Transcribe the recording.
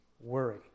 worry